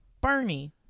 Barney